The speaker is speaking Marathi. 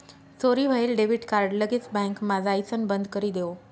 चोरी व्हयेल डेबिट कार्ड लगेच बँकमा जाइसण बंदकरी देवो